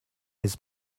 his